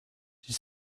die